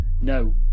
no